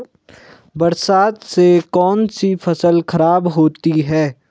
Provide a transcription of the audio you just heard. बरसात से कौन सी फसल खराब होती है?